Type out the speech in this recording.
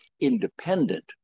independent